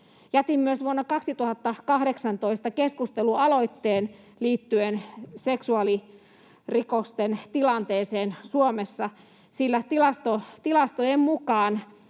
Jätin myös vuonna 2018 keskustelualoitteen liittyen seksuaalirikosten tilanteeseen Suomessa, sillä tilastojen mukaan